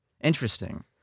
interesting